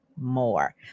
more